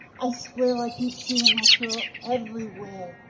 i swear i keep seeing that girl everywhere.